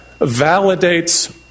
validates